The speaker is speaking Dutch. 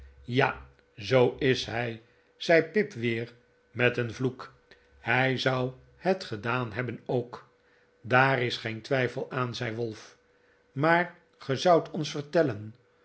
ja zoo is hij zei pip weer met een vloek hij zou het gedaan hebben ook daar is geen twijfel aan zei wolf maar ge zoudt ons vertellen